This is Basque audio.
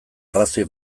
arrazoi